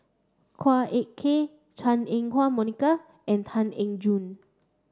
Ek Kay Chua Ah Huwa Monica and Tan Eng Joo